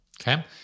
okay